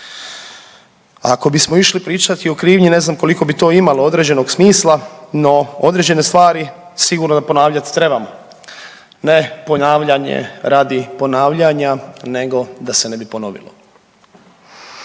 ako bismo išli pričati o krivnji ne znam koliko bi to imalo određenog smisla, no određene stvari sigurno da ponavljat trebamo. Ne ponavljanje radi ponavljanja nego da se ne bi ponovilo.